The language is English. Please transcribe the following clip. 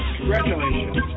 Congratulations